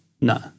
No